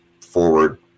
forward